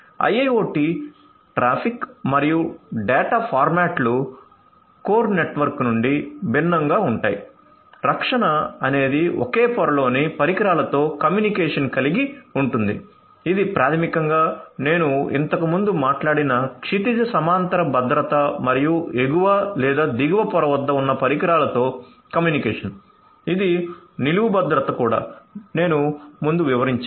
IIoT traffic మరియు data ఫార్మాట్లు core network నుండి భిన్నంగా ఉంటాయి రక్షణ అనేది ఒకే పొరలోని పరికరాలతో కమ్యూనికేషన్ను కలిగి ఉంటుంది ఇది ప్రాథమికంగా నేను ఇంతకుముందు మాట్లాడిన క్షితిజ సమాంతర భద్రత మరియు ఎగువ లేదా దిగువ పొర వద్ద ఉన్న పరికరాలతో కమ్యూనికేషన్ ఇది నిలువు భద్రత కూడా నేను ముందు వివరించాను